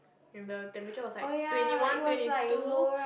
and the temperature was like twenty one twenty two